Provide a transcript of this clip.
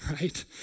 right